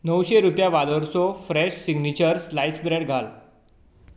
णवशीं रुपया वालोराचे फ्रेश सिग्नेचर स्लायस्ड ब्रेड घाल